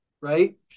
Right